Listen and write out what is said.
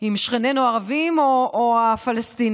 עם שכנינו הערבים או הפלסטינים.